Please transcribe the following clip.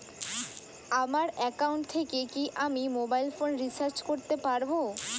আমার একাউন্ট থেকে কি আমি মোবাইল ফোন রিসার্চ করতে পারবো?